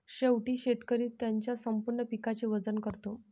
शेवटी शेतकरी त्याच्या संपूर्ण पिकाचे वजन करतो